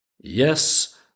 Yes